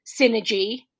synergy